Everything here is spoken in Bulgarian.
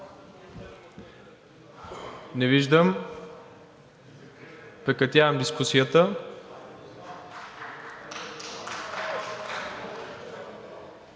Не виждам. Прекратявам дискусията.